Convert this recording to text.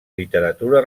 literatura